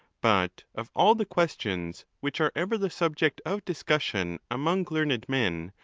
but of all the questions which are ever the subject of discussion among learned men,